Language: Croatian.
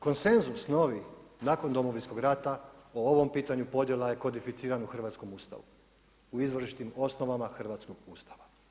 Konsenzus novi nakon Domovinskog rata o ovom pitanju podjela je kodificiran u hrvatskom Ustavu u izvorišnim osnovama hrvatskog Ustava.